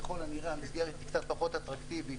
ככל הנראה המסגרת היא קצת פחות אטרקטיבית,